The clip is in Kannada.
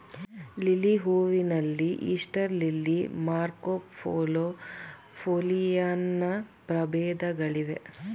ಲಿಲ್ಲಿ ಹೂವಿನಲ್ಲಿ ಈಸ್ಟರ್ ಲಿಲ್ಲಿ, ಮಾರ್ಕೊಪೋಲೊ, ಪೋಲಿಯಾನ್ನ ಪ್ರಭೇದಗಳಿವೆ